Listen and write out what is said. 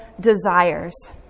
desires